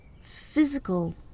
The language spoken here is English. physical